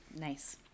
Nice